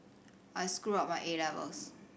I screwed up my A levels